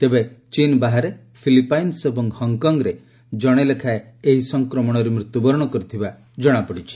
ତେବେ ଚୀନ୍ ବାହାରେ ଫିଲିପାଇନ୍ସ୍ ଏବଂ ହଙ୍ଗ୍କଙ୍ଗ୍ରେ ଜଣେ ଲେଖାଏଁ ଏହି ସଂକ୍ରମଣରେ ମୃତ୍ୟୁବରଣ କରିଥିବା ଜଣାପଡ଼ିଛି